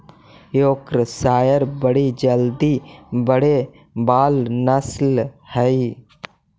Yorkshire बड़ी जल्दी बढ़े वाला नस्ल हई